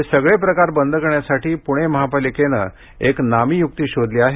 हे सगळे प्रकार बंद करण्यासाठी पूणे महापालिकेनं एक नामी युक्ती शोधली आहे